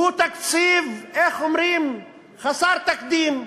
שהוא תקציב, איך אומרים, חסר תקדים.